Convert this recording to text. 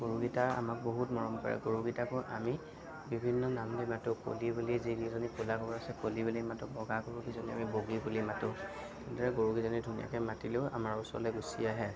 গৰুগিটাই আমাক বহত মৰম কৰে গৰুগিটাকো আমি বিভিন্ন নাম দি মাতো কলী বুলি যিকিজনী ক'লা গৰু আছে কলী বুলি মাতো বগা গৰুকেইজনী আমি বগী বুলি মাতো এনেদৰে গৰুকিজনী ধুনীয়াকৈ মাতিলেও আমাৰ ওচৰলৈ গুচি আহে